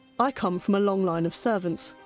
i come from a long line of servants.